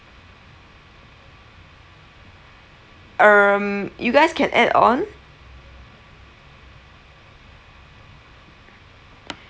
um you guys can add on